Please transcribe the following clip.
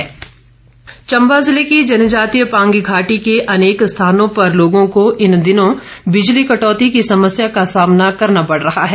बिजली समस्या चंबा ज़िले की जनजातीय पांगी घाटी के अनेक स्थानों पर लोगों को इन दिनों बिजली कटौती की समस्या का सामना करना पड़ रहा है